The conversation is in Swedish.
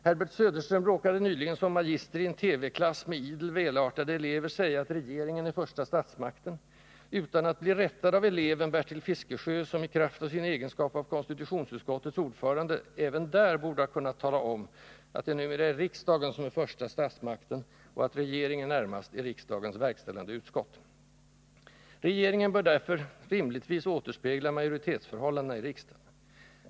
Herbert Söderström råkade nyligen som magister i en TV-klass med idel välartade elever säga att regeringen är första statsmakten, utan att bli rättad av eleven Bertil Fiskesjö, som i kraft av sin egenskap av konstitutionsutskottets ordförande även där borde ha kunnat tala om att det numera är riksdagen som är första statsmakten och att regeringen närmast är riksdagens verkställande utskott. Regeringen bör därför rimligtvis återspegla majoritetsförhållandet i riksdagen.